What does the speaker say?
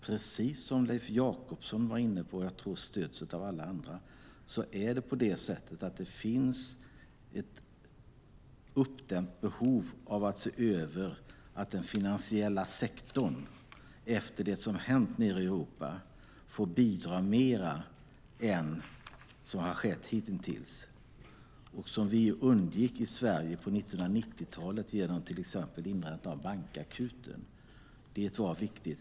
Precis som Leif Jakobsson var inne på - jag tror att det stöds av alla andra - finns det ett uppdämt behov av att se över att den finansiella sektorn, efter det som hänt nere i Europa, får bidra mer än som har skett hitintills. Vi undgick det i Sverige på 1990-talet genom till exempel inrättandet av bankakuten. Det var viktigt.